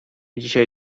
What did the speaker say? dzisiaj